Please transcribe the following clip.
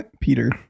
Peter